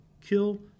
kill